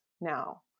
now